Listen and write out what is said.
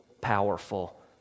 powerful